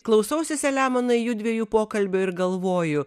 klausausi selemonai jųdviejų pokalbio ir galvoju